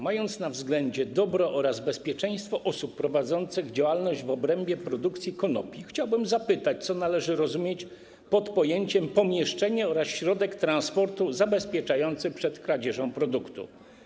Mając na względzie dobro oraz bezpieczeństwo osób prowadzących działalność w obrębie produkcji konopi, chciałbym zapytać, co należy rozumieć pod pojęciem ˝pomieszczenie˝ oraz ˝środek transportu zabezpieczony przed kradzieżą produktu˝